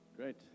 Great